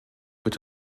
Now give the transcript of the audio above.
wird